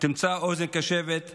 תמצא אוזן קשבת בממשלה.